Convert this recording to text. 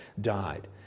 died